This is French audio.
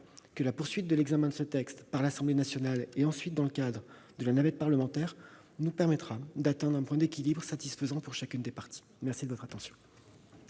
que la poursuite de l'examen de ce texte par l'Assemblée nationale, puis dans le cadre de la navette parlementaire, nous permettra d'atteindre un point d'équilibre satisfaisant pour chacune des parties. La parole est